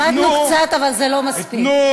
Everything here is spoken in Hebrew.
למדנו קצת, אבל זה לא מספיק.